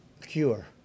cure